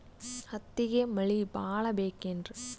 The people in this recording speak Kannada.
ಹತ್ತಿಗೆ ಮಳಿ ಭಾಳ ಬೇಕೆನ್ರ?